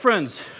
Friends